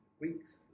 weeks